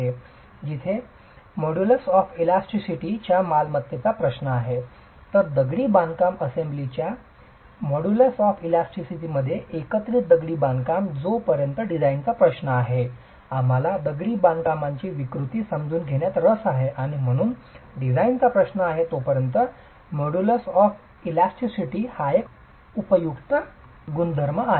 आता जिथे elasticity modulus च्या मालमत्तेचा प्रश्न आहे तर दगडी बांधकाम असेंब्लीच्या इलास्टिसिटी मोडुलुस एकत्रित दगडी बांधकाम जोपर्यंत डिझाइनचा प्रश्न आहे आम्हाला दगडी बांधकामाची विकृती समजून घेण्यात रस आहे आणि म्हणून डिझाइनचा प्रश्न आहे तोपर्यंत कंपोझिटची इलास्टिसिटी मोडुलुस एक उपयुक्त गुणधर्म आहे